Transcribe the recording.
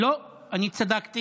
לא, אני צדקתי,